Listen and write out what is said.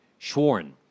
Schworn